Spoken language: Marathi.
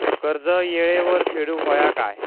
कर्ज येळेवर फेडूक होया काय?